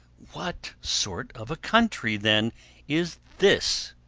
what sort of a country then is this,